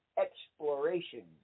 exploration